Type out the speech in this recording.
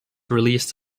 released